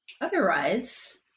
Otherwise